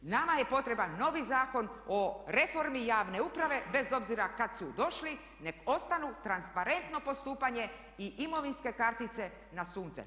Nama je potreban novi Zakon o reformi javne uprave bez obzira kada su došli, neka ostanu transparentno postupanje i imovinske kartice na sunce.